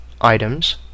items